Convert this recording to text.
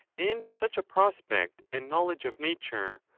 and such a prospect and knowledge of nature,